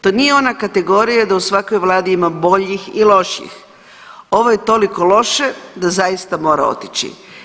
To nije ona kategorija da u svakoj vladi ima boljih i lošijih, ovo je toliko loše da zaista mora otići.